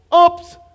Oops